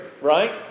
right